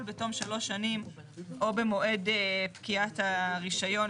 בתום שלוש שנים או במועד פקיעת הרישיון,